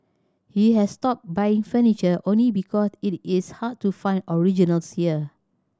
he has stopped buying furniture only because it is hard to find originals here